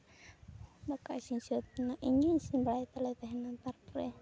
ᱫᱟᱠᱟ ᱤᱥᱤᱱ ᱥᱟᱹᱛ ᱮᱱᱟ ᱤᱧᱜᱮᱧ ᱤᱥᱤᱱ ᱵᱟᱲᱟᱭ ᱛᱟᱦᱮᱱ ᱛᱟᱞᱮᱭᱟ ᱛᱟᱨᱯᱚᱨᱮ